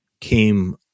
came